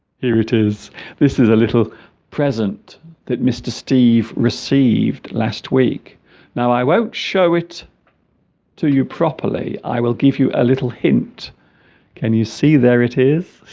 here it is this is a little present that mr. steve received last week now i won't show it to you properly i will give you a little hint can you see there it is